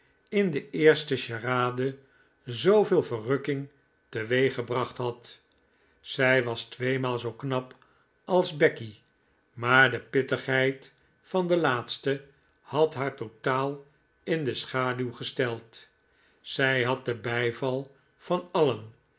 in de eerste charade zooveel verrukking teweeggebracht had zij was tweemaal zoo knap als becky maar de pittigheid van de laatste had haar totaal in de schaduw gesteld zij had den bijval van alien